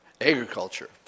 agriculture